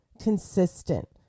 consistent